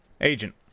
Agent